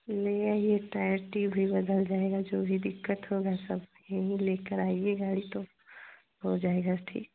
ले आइए tyre tube भी बदल जाएगा जो भी दिक्कत होगी सब यहीं लेकर आइए गाड़ी तो हो जाएगा ठीक